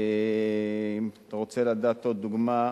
אם אתה רוצה לדעת עוד דוגמה,